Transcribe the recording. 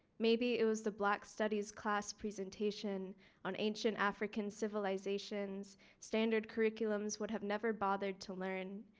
maybe it was the black studies class presentation on ancient african civilizations standard curriculums would have never bothered to learn.